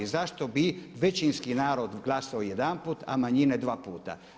Zašto bi većinski narod glasovao jedanput, a manjine dva puta.